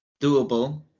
Doable